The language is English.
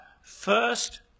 first